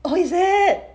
oh is it